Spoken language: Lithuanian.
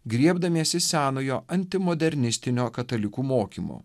griebdamiesi senojo antimodernistinio katalikų mokymo